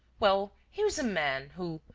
well, here is a man, who,